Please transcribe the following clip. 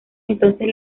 entonces